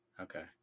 Okay